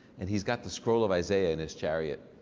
and he's got the scroll of isaiah in his chariot.